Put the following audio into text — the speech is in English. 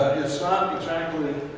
it's not exactly